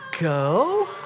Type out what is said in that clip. go